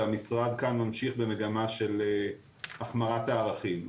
והמשרד כאן ממשיך במגמה של החמרת הערכים.